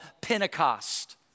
Pentecost